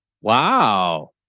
Wow